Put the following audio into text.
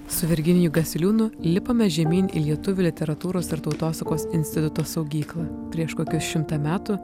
su virginiju gasiliūnu lipame žemyn į lietuvių literatūros ir tautosakos instituto saugyklą prieš kokius šimtą metų